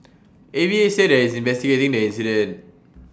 A V A said IT is investigating the incident